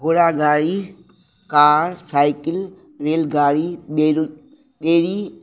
घोड़ा गाड़ी car cycle रेलगाड़ी ॿेर ॿेड़ी